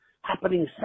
happening